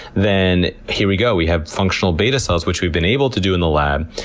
then here we go, we have functional beta cells, which we've been able to do in the lab.